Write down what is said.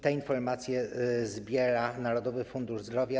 Te informacje zbiera Narodowy Fundusz Zdrowia.